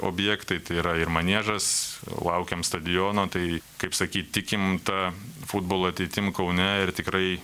objektai tai yra ir maniežas laukiam stadiono tai kaip sakyt tikim ta futbolo ateitim kaune ir tikrai